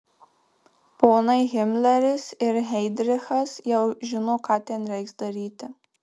ponai himleris ir heidrichas jau žino ką ten reiks daryti